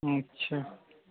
अच्छा